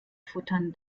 futtern